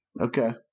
Okay